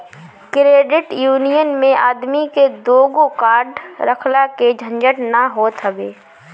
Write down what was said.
credit union मे आदमी के दूगो कार्ड रखला के झंझट ना होत हवे